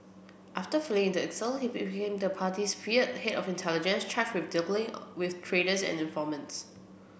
after fleeing into exile he became the party's feared head of intelligence charged with dealing with traitors and informants